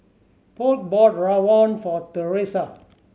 Polk bought rawon for Teressa